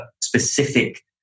specific